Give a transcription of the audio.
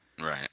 Right